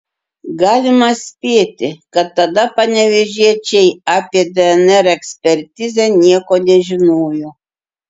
galima spėti kad tada panevėžiečiai apie dnr ekspertizę nieko nežinojo